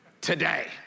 today